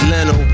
Leno